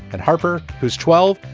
and harper, who's twelve.